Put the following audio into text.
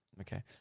okay